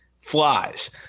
flies